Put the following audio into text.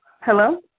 Hello